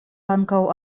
ankaŭ